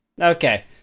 Okay